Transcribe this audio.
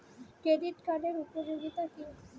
Credit কার্ডের উপযোগিতা কি?